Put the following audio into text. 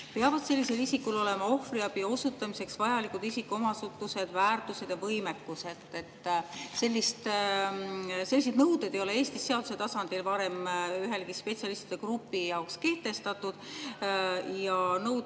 peavad sellisel isikul olema ohvriabi osutamiseks vajalikud isikuomadused, väärtused ja võimekus. Selliseid nõudeid ei ole Eestis seaduse tasandil varem ühegi spetsialistide grupi jaoks kehtestatud. Nõuded